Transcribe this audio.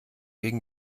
gegen